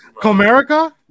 Comerica